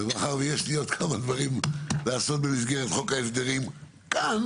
ומאחר ויש לי עוד כמה דברים לעשות במסגרת חוק ההסדרים כאן,